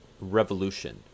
revolution